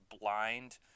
blind